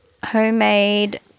Homemade